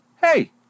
hey